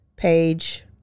Page